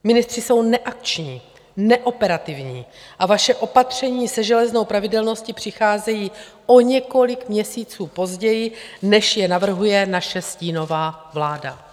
Ministři jsou neakční, neoperativní a vaše opatření se železnou pravidelností přicházejí o několik měsíců později, než je navrhuje naše stínová vláda.